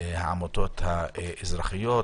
העמותות האזרחיות,